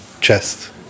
chest